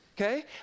Okay